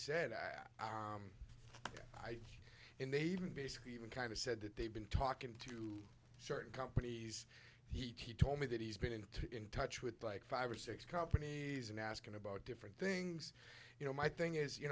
said i i and they even basically even kind of said that they've been talking to certain companies he told me that he's been in touch with like five or six companies and asking about different things you know my thing is you